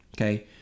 okay